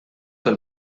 pel